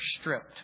stripped